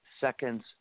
seconds